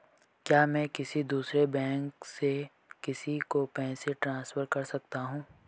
क्या मैं किसी दूसरे बैंक से किसी को पैसे ट्रांसफर कर सकता हूं?